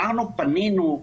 אנחנו פנינו,